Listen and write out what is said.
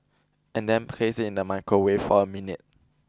and then place it in the microwave for a minute